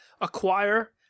acquire